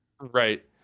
Right